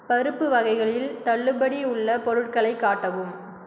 பருப்பு வகைகளில் தள்ளுபடி உள்ள பொருட்களைக் காட்டவும்